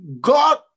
God